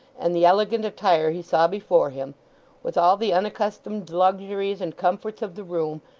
and the elegant attire he saw before him with all the unaccustomed luxuries and comforts of the room,